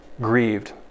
grieved